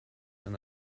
and